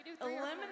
Eliminate